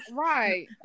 Right